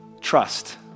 trust